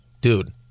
dude